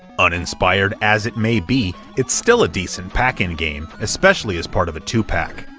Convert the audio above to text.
uninspired as it may be, it's still a decent pack-in game, especially as part of a two pack.